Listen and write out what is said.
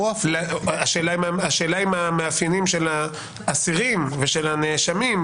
השאלה אם המאפיינים של האסירים ושל הנאשמים,